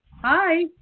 Hi